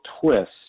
twist